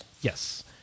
Yes